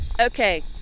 Okay